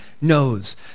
knows